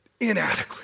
inadequate